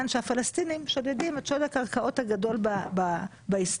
שהפלסטינים שודדים את שוד הקרקעות הגדול בהיסטוריה,